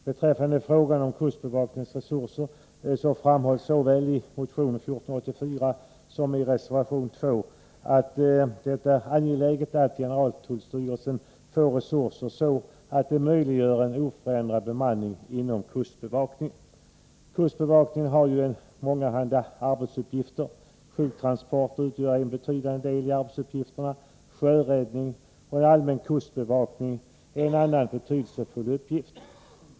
Beträffande frågan om kustbevakningens resurser framhålls såväl i motion 1484 som i reservation 2 att det är angeläget att generaltullstyrelsen får resurser som möjliggör en oförändrad bemanning inom kustbevakningen. Kustbevakningen har mångahanda arbetsuppgifter. Sjuktransporter utgör en betydande del av dem. Sjöräddning och allmän kustbevakning är andra betydelsefulla uppgifter.